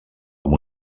amb